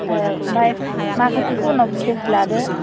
औ आमफ्राइ माखासेखौ उनाव केश लादो